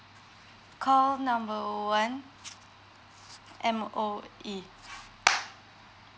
call number one M_O_E